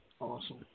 Awesome